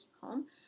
home